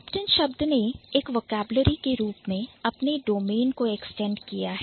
Captain शब्द ने एक Vocabulary के रूप में अपने domain डोमेन को extend एक्सटेंड कर दिया है